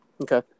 Okay